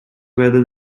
whether